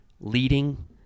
leading